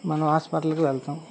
మనం హాస్పిటల్కి వెళ్తాము